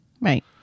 Right